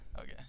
Okay